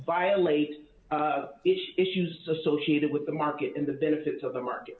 violate it issues associated with the market in the benefits of the market